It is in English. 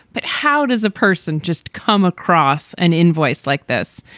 but how does a person just come across an invoice like this,